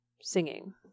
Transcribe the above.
singing